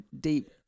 deep